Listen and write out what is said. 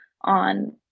on